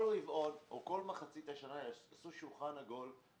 כל רבעון או כל מחצית השנה עשו שולחן עגול,